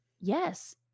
yes